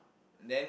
then